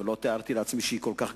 אבל לא תיארתי לעצמי שהיא כל כך גדולה.